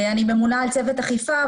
אני ממונה על צוות אכיפה,